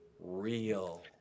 Real